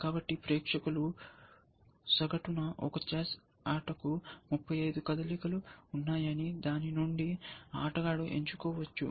కాబట్టి ప్రేక్షకులు సగటున ఒక చెస్ ఆటకు 35 కదలికలు ఉన్నాయని దాని నుండి ఆటగాడు ఎంచుకోవచ్చు